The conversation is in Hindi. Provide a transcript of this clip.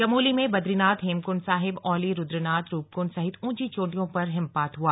चमोली में बद्रीनाथ हेमकुंड साहिब औली रुद्रनाथरूपकुंड सहित ऊंची चोटियों पर हिमपात हुआ